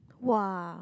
!wah!